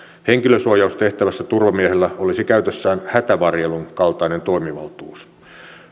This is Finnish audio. henkilösuojaustehtävässä turvamiehellä olisi käytössään hätävarjelun kaltainen toimivaltuus